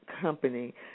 company